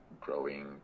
growing